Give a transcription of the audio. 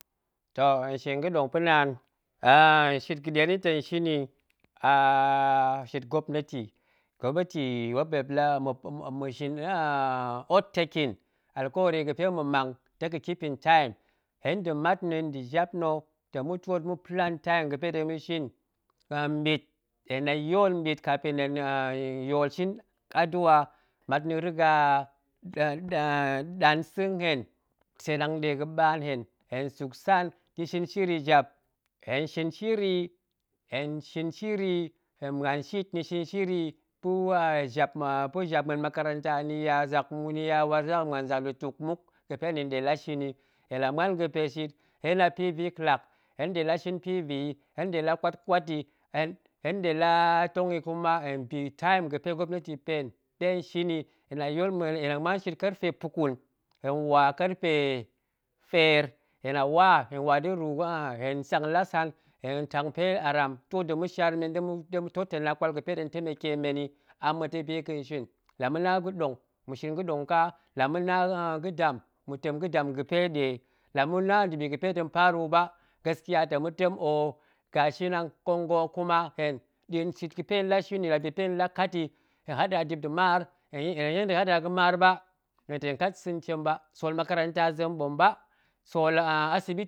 Hen shi ga̱ɗong pa̱ naan aa shit ga̱ɗe na̱ tong shin yi, aaa shit gwopneti, gwopneti muop ɗe la aa ma̱shin ottaking alkaweri ga̱pe ma̱ mang dega̱ tong keeping tim, hen nda̱ mat na̱ nda̱ jap na̱, tong ma̱twoot ma̱ plan tim ga̱pe tong ma̱shin, mɓit hen la yool mbit kafin hen shin aduwa, mat na̱ riga ɗan sa̱ mmen, seen hanga̱ɗe ga̱ɓaan nhen, hen suk san hen shin shiri jap, hen shin shiri hen shin shiri hen muan shit, ni shin shiri pa̱ jap pa̱ jap muen makaranta, ni ya waar zak muan zak lutuk muk ga̱pe ni nɗe la shin yi, hen la muan ga̱pe shit hen a pv clak, hen nɗe la shin pv yi, hen nɗe la ƙwat ƙwat yi, hen nɗe la tong yi kuma hen bi tim ga̱pe gwopneti pa̱ hen ɗe hen shin yi, hen la muan shit kerfe pa̱ƙun, hen wa kerfe feer, hen la wa, hen wa da̱ru hen sang la san, hen tang pe aram twoot nda̱ ma̱shaar na̱ ɗe ma̱ totona ƙwal ga̱pe tong temeke men yi, amma̱ ta̱ bi ga̱nshin la ma̱na ga̱ɗong, ma̱shin ga̱ɗong ƙa, la ma̱na ga̱dam ma̱tem ga̱dam ga̱pe ɗe, la ma̱na nda̱bi ga̱pe tong paru ba, gaskiya tong ma̱tem gashi nang nƙong ga̱hok, kuma hen nɗa̱a̱n shit ga̱pe hen nɗe shin yi la bi ga̱pe hen nɗe la kat yi hen haɗa dip nda̱ maar, hen hen nɗe haɗa ga̱maar ba hen tong kat sa̱ntiem ba sool makaranta zem ɓop ba sool asibiti.